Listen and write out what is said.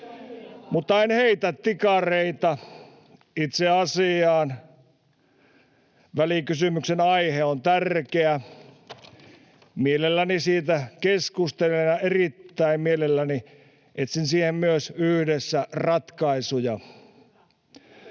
Mutta en heitä tikareita. Itse asiaan: Välikysymyksen aihe on tärkeä. Mielelläni siitä keskustelen ja erittäin mielelläni etsin siihen myös yhdessä ratkaisuja.